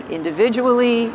individually